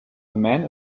man